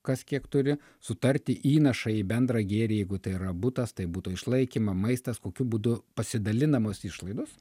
kas kiek turi sutarti įnašą į bendrą gėrį jeigu tai yra butas tai būtų išlaikymą maistas kokiu būdu pasidalinamos išlaidos